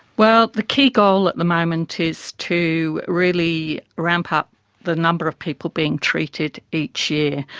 well, the key goal at the moment is to really ramp up the number of people being treated each year.